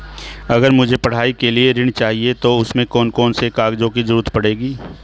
अगर मुझे पढ़ाई के लिए ऋण चाहिए तो उसमें कौन कौन से कागजों की जरूरत पड़ेगी?